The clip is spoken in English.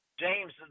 James